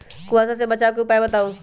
कुहासा से बचाव के उपाय बताऊ?